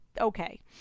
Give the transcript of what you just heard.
okay